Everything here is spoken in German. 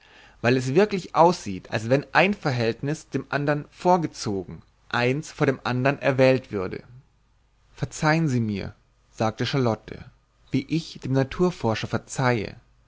weil es wirklich aussieht als wenn ein verhältnis dem andern vorgezogen eins vor dem andern erwählt würde verzeihen sie mir sagte charlotte wie ich dem naturforscher verzeihe